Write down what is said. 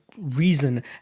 reason